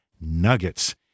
Nuggets